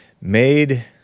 made